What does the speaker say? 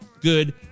good